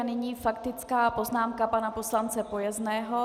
A nyní faktická poznámka pana poslance Pojezného.